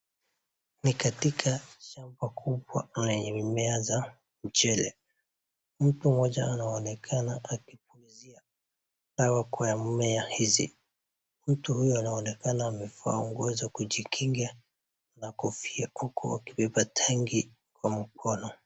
Ni katika shamba kubwa lenye mimea za mchele mtu mmoja anaonekana akipulizia dawa kwa mmea hizi mtu huyo anaoneka amevaa nguo za kujikinga na kofia huku akibeba tangi kwa mkono.